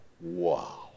wow